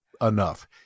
enough